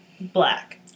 Black